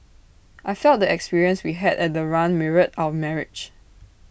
I felt the experience we had at the run mirrored our marriage